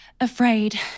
afraid